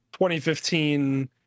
2015